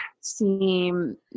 seem